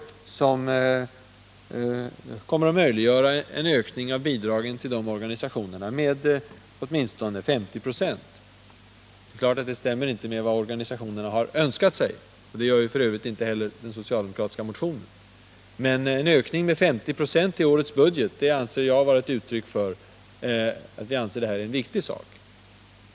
Det kommer att möjliggöra en ökning av bidragen till de organisationerna med åtminstone 50 96. Det stämmer inte med vad organisationerna har önskat sig — det gör f.ö. inte heller förslaget i den socialdemokratiska motionen. Men en ökning med 50 96 i årets budget är ett uttryck för att vi anser att detta är en viktig sak.